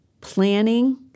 Planning